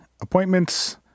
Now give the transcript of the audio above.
appointments